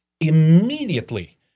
immediately